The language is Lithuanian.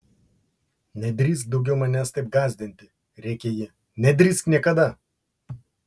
nedrįsk daugiau manęs taip gąsdinti rėkė ji nedrįsk niekada